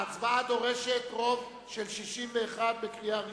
ההצבעה דורשת רוב של 61 בקריאה ראשונה.